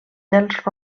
dels